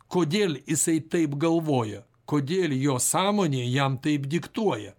kodėl jisai taip galvoja kodėl jo sąmonė jam taip diktuoja